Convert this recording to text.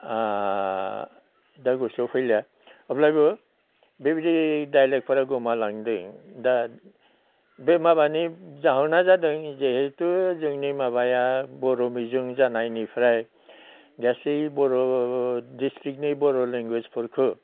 दा गोसोआव फैला अब्लायबो बेबायदि डाइलेक्टफोरा गोमालांदों दा बे माबानि जाहोना जादों जेहैथु जोंनि माबाया बर' बिजों जानायनिफ्राय गासै बर' डिसट्रिक्टनि बर' लेंगुवेजफोरखौ